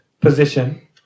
position